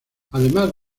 además